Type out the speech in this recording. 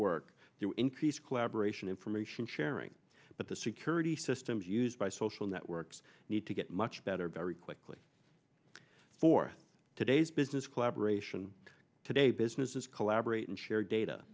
through increased collaboration information sharing but the security systems used by social networks need to get much better very quickly for today's business collaboration today businesses collaborate and share data